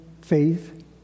faith